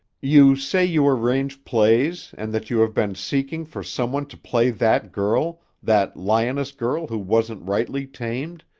you say you arrange plays and that you have been seeking for some one to play that girl, that lioness-girl who wasn't rightly tamed,